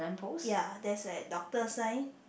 ya there's like doctor sign